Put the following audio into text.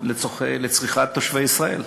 לצריכת תושבי ישראל.